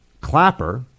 Clapper